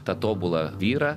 tą tobulą vyrą